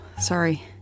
sorry